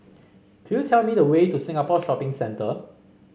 could you tell me the way to Singapore Shopping Centre